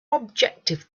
objective